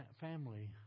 family